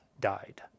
died